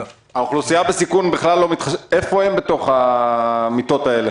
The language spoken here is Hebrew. האוכלוסייה בסיכון איפה הם בתוך המיטות האלה?